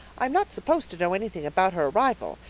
i'm not supposed to know anything about her arrival,